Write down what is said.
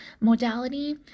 modality